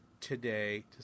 today